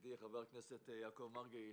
ידידי חבר הכנסת יעקב מרגי,